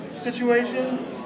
situation